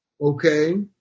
okay